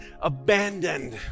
abandoned